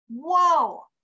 whoa